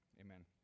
Amen